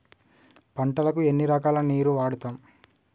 పంటలకు ఎన్ని రకాల నీరు వాడుతం?